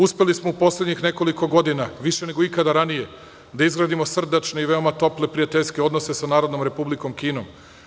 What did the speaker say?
Uspeli smo u poslednjih nekoliko godina više nego ikada ranije da izgradimo srdačne i veoma tople prijateljske odnose sa Narodnom Republikom Kinom.